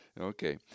Okay